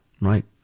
right